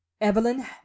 Evelyn